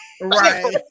right